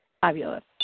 Fabulous